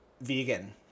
vegan